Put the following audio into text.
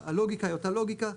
הלוגיקה היא אותה לוגיקה,